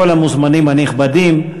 כל המוזמנים הנכבדים.